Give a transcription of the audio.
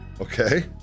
Okay